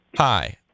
Hi